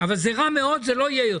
אבל זה רע מאוד, זה לא יהיה יותר.